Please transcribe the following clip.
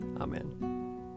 Amen